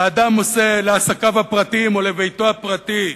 ואדם עושה לעסקיו הפרטיים או לביתו הפרטי,